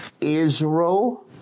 Israel